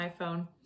iPhone